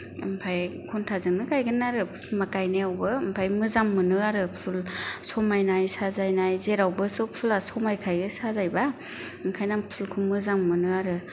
ओमफाय खन्थाजोंनो गायगोन आरो गायनायावबो ओमफाय मोजां मोनो आरो फुल समायनायै साजायनाय जेरावबो सब फुला समायखायो साजायबा ओंखायनो आं फुलखौ मोजां मोनो आरो